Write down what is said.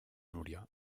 núria